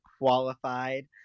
qualified